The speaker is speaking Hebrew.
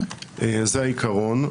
זה העיקרון.